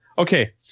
Okay